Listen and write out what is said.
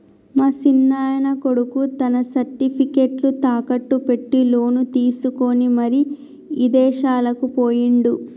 మా సిన్నాయన కొడుకు తన సర్టిఫికేట్లు తాకట్టు పెట్టి లోను తీసుకొని మరి ఇదేశాలకు పోయిండు